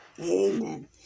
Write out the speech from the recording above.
Amen